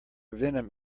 venom